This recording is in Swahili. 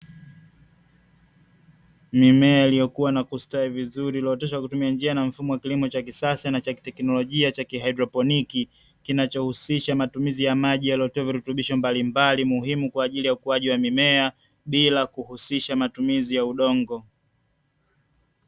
Mimea iliyokuwa na kustawi vizuri, iliyooteshwa na kutumia njia na mfumo wa kisasa na cha kiteknolojia cha kihaidroponiki, kinachohususha matumizi ya maji yaliyotiwa virutubisho mbalimbali muhimu kwaajili ya ukuaji wa mimea bila kuhusisha matumizi ya udongo.